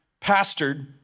pastored